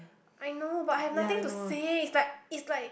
I know but I have nothing to say it's like it's like